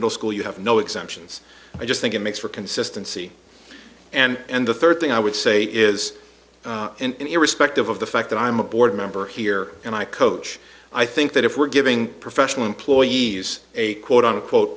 middle school you have no exemptions i just think it makes for consistency and the third thing i would say is and irrespective of the fact that i'm a board member here and i coach i think that if we're giving professional employees a quote unquote